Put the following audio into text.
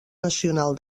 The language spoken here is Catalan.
nacional